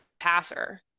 passer